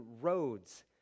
roads